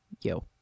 Yo